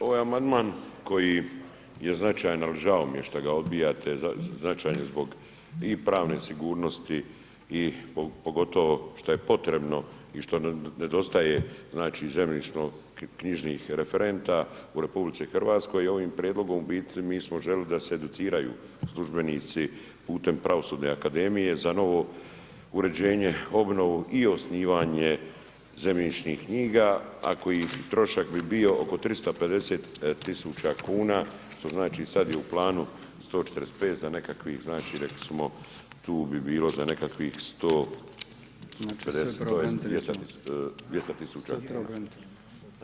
Ovaj amandman koji je značajan ali žao mi je što ga odbijate, značajan je zbog i pravne sigurnosti i pogotovo šta je potrebno i šta nedostaje znači zemljišno knjižnih referenta u RH i ovim prijedlogom u biti mi smo željeli da se educiraju službenici putem Pravosudne akademije za novo uređenje, obnovu i osnivanje zemljišnih knjiga a koji trošak bi bio oko 350 tisuća kuna što znači sada je u planu 145 za nekakvih znači rekli smo tu bi bilo za nekakvih 150, tj. 200 tisuća kuna.